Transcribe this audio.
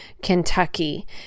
Kentucky